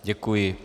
Děkuji.